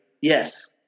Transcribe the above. Yes